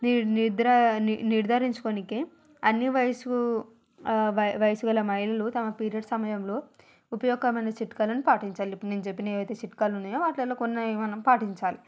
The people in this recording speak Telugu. నిర్ నిద్ర నిర్దారించుకోవడానికి అన్ని వయసు వ వయసు గల అమ్మాయిలు తమ పిరియడ్ సమయంలో ఉపయోగకరమయిన చిట్కాలను పాటించాలి ఇప్పుడు నేను చెప్పినవి ఏవయితే చిట్కాలు ఉన్నాయో వాటిలో కొన్ని మనం పాటించాలి